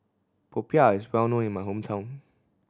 popiah is well known in my hometown